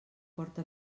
porta